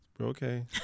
okay